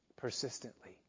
Persistently